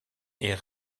est